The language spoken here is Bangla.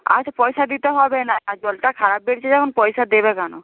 আচ্ছা পয়সা দিতে হবে না আর জলটা খারাপ বেরিয়েছে যখন পয়সা দেবে কেন